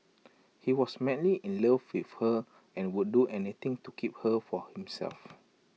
he was madly in love with her and would do anything to keep her for himself